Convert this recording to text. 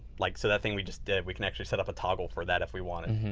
like so that thing we just did, we can actually set up a toggle for that if we want it